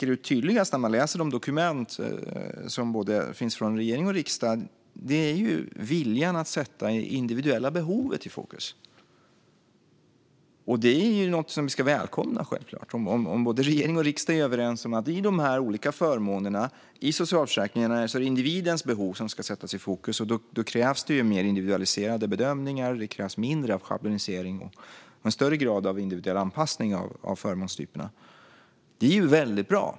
Det som tydligast sticker ut i dokumenten från både regering och riksdag är viljan att sätta det individuella behovet i fokus. Detta ska vi självklart välkomna. Om både regering och riksdag är överens om att man i de olika förmånerna, i socialförsäkringarna, ska sätta individens behov i fokus krävs mer individualiserade bedömningar. Det krävs mindre av schablonisering och en större grad av individuell anpassning av förmånstyperna. Detta är väldigt bra.